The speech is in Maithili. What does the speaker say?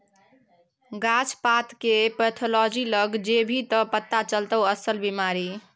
गाछ पातकेर पैथोलॉजी लग जेभी त पथा चलतौ अस्सल बिमारी